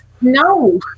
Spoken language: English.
no